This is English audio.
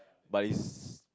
but it's